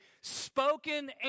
spoken